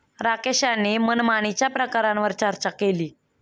राकेश यांनी मनमानीच्या प्रकारांवर चर्चा केली